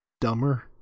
dumber